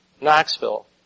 Knoxville